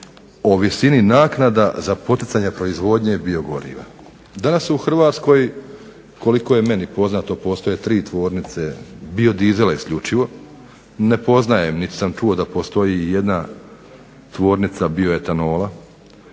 o visini naknada za poticanje proizvodnje biogoriva. Danas u Hrvatskoj koliko je meni poznato postoje tri tvornice bio dizela isključivo, nisam čuo da postoji ijedna tvornica bio etanola,